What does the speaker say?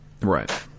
Right